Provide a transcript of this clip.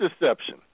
deception